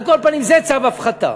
על כל פנים, זה צו הפחתה.